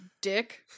dick